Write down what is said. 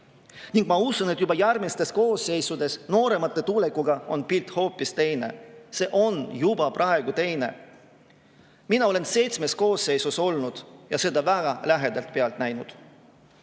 Ma usun, et juba järgmistes koosseisudes nooremate [liikmete] tulekuga on pilt hoopis teine. See on juba praegu teine. Mina olen seitsmes koosseisus olnud ja seda väga lähedalt pealt näinud.